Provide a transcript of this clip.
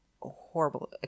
horrible –